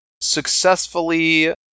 successfully